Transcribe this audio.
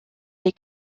les